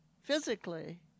physically